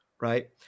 Right